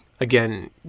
again